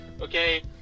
Okay